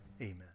Amen